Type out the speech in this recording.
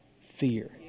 fear